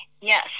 Yes